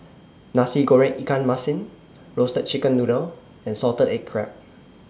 Nasi Goreng Ikan Masin Roasted Chicken Noodle and Salted Egg Crab